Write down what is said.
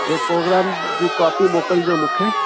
इहो प्रोग्राम जी कॉपी मोकिलिजो मूंखे